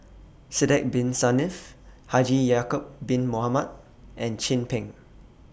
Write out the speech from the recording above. Sidek Bin Saniff Haji Ya'Acob Bin Mohamed and Chin Peng